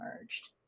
merged